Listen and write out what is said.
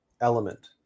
element